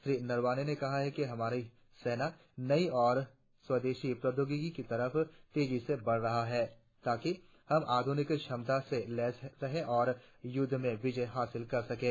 श्री नरवणे ने कहा कि हमारी सेना नई और स्वदेशी प्रौद्योगिकी की तरफ तेजी से बढ़ रही है ताकि हम आधुनिक क्षमताओं से लैस रहे और युद्ध में विजय हासिल कर सकें